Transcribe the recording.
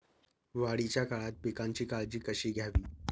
वाढीच्या काळात पिकांची काळजी कशी घ्यावी?